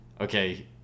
okay